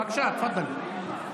בבקשה, תפדלו.